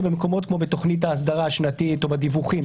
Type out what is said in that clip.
במקומות כמו תוכנית האסדרה השנתית או הדיווחים,